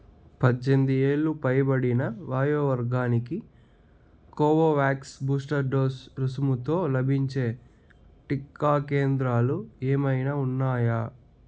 పద్దెనిమిది ఏళ్ళు పైబడిన వయో వర్గానికి కోవోవాక్స్ బూస్టర్ డోస్ రుసుముతో లభించే టీకా కేంద్రాలు ఏమైనా ఉన్నాయా